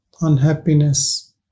unhappiness